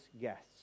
guests